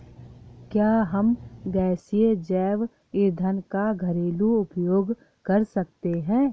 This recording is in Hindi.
क्या हम गैसीय जैव ईंधन का घरेलू उपयोग कर सकते हैं?